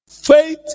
Faith